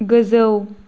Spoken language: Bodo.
गोजौ